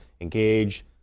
engage